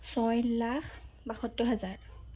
ছয় লাখ বাসত্তৰ হাজাৰ